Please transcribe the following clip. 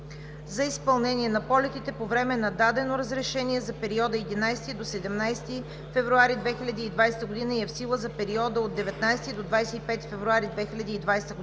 за изпълнение на полетите по време на дадено разрешение за периода 11 – 17 февруари 2020 г. и е в сила за периода от 19 до 25 февруари 2020 г.;